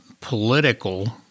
political